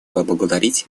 поблагодарить